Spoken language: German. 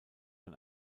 von